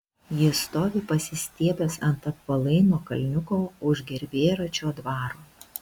jis stovi pasistiebęs ant apvalaino kalniuko už gervėračio dvaro